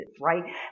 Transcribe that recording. right